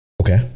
Okay